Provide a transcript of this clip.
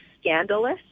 scandalous